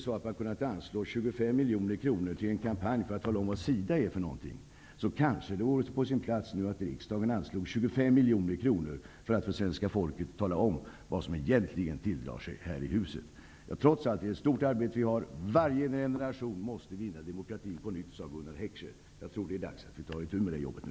Till sist: Om 25 miljoner kronor kunde anslås till en kampanj för att tala om vad SIDA är, vore det kanske på sin plats att riksdagen anslår 25 miljoner kronor för information till svenska folket om det som egentligen tilldrar sig här i huset. Trots allt är det ett omfattande arbete som vi har. Varje generation måste vinna demokratin på nytt, sade Gunnar Heckscher. Jag tror att det är dags att vi tar itu med det jobbet nu.